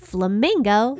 Flamingo